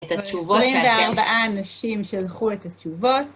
24 אנשים שלחו את התשובות.